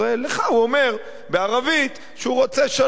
לך הוא אומר, בערבית, שהוא רוצה שלום.